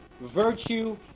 virtue